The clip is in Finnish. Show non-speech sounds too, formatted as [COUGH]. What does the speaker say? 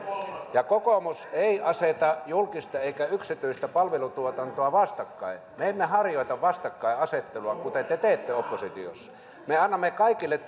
kokoomus ei aseta julkista eikä yksityistä palvelutuotantoa vastakkain me emme harjoita vastakkainasettelua kuten te teette oppositiossa me annamme kaikelle [UNINTELLIGIBLE]